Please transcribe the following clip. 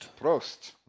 Prost